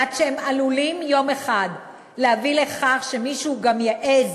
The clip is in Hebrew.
עד שהם עלולים יום אחד להביא לכך שמישהו גם יעז